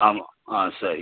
ஆமாம் ஆ சரி